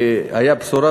והייתה בשורה,